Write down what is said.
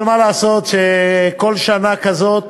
אבל מה לעשות שכל שנה כזאת,